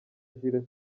jules